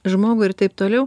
žmogui ir taip toliau